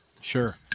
Sure